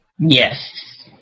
yes